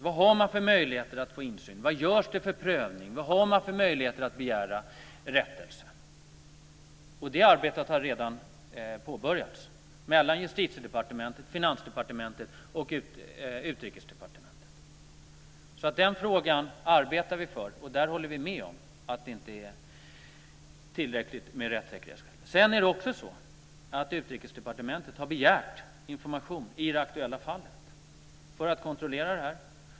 Vilka möjligheter finns det att få insyn? Vilken prövning görs? Vilka möjligheter har man att begära rättelse? Det arbetet har redan påbörjats inom Justitiedepartementet, Finansdepartementet och Utrikesdepartementet. Vi arbetar med den frågan. Vi håller med om att det inte finns tillräckliga rättssäkerhetsskäl. Utrikesdepartement har begärt information i det aktuella fallet för att kontrollera detta.